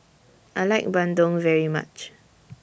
I like Bandung very much